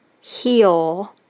heal